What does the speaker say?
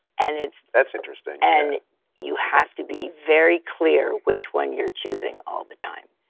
and it's that's interesting. and you have to be very clear which one you're choosing all the time.